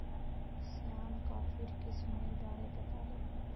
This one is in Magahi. श्याम कॉफीर किस्मेर बारे बताले